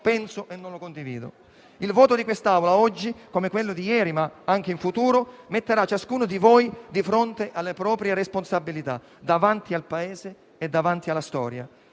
penso e non lo condivido. Il voto dell'Assemblea oggi, come quello di ieri ma anche come quelli futuri, metterà ciascuno di voi di fronte alle proprie responsabilità, davanti al Paese e davanti alla storia.